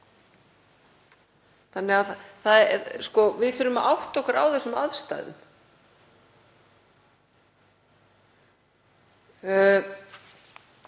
götunni. Við þurfum að átta okkur á þessum aðstæðum.